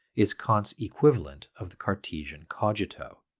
is kant's equivalent of the cartesian cogito.